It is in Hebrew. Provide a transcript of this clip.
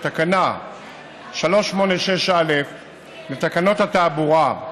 בתקנה 386א לתקנות התעבורה,